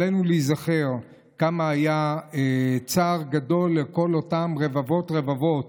עלינו להיזכר כמה היה צער גדול לכל אותם רבבות רבבות